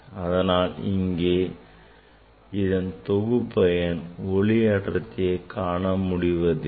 அதனால் இங்கே இதன் தொகுபயன் ஒளி அடர்த்தியை காண முடிவதில்லை